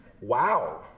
Wow